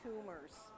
tumors